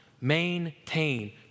Maintain